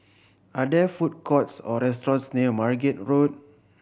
are there food courts or restaurants near Margate Road